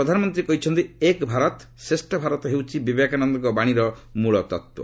ପ୍ରଧାନମନ୍ତ୍ରୀ କହିଛନ୍ତି 'ଏକ ଭାରତ୍ ଶ୍ରେଷ୍ଠ ଭାରତ୍' ହେଉଛି ବିବେକାନନ୍ଦଙ୍କ ବାଣୀର ମୂଳ ତତ୍ତ୍ୱ